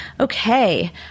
Okay